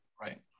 Right